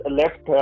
left